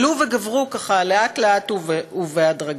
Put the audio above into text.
עלו וגברו, ככה, לאט-לאט ובהדרגה,